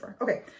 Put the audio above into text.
Okay